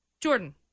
Jordan